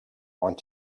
want